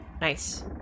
Nice